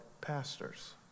pastors